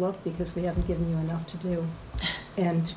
look because we haven't given you enough to do and